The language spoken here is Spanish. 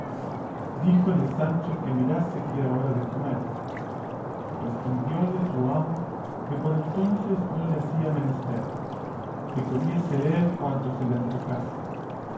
díjole sancho que mirase que era hora de comer respondióle su amo que por entonces no le hacía menester que comiese él cuando se le antojase